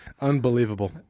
unbelievable